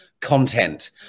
Content